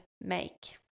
make